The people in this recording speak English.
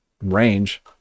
range